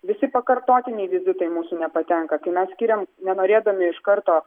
visi pakartotiniai vizitai mūsų nepatenka kai mes skiriam nenorėdami iš karto